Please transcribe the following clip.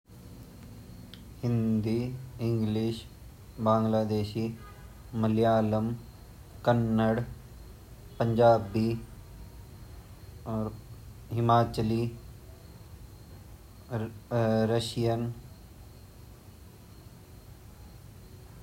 हिंदी, गढ़वाली, संस्कृत, मल्यालम, कन्नड़, मराठी, तेलगु, बिहारी, और गुजरती, असामी, बेंगोली, ये सब भाषाएँ छिन।